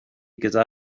gyda